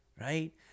right